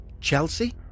Chelsea